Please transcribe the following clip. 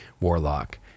warlock